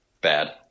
bad